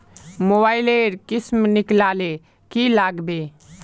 Mobile लेर किसम निकलाले की लागबे?